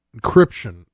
encryption